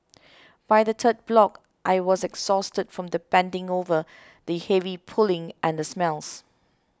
by the third block I was exhausted from the bending over the heavy pulling and the smells